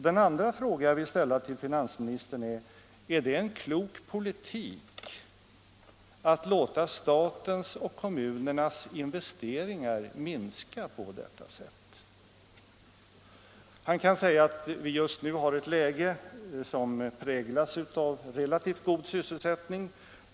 Den andra frågan jag vill ställa till finansministern lyder: Är det en klok politik att låta statens och kommunernas investeringar minska på detta sätt? Finansministern kan svara att vi just nu har ett läge som präglas av en relativt god sysselsättning.